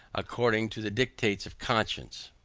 according to the dictates of conscience